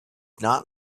not